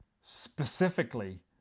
specifically